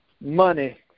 money